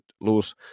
lose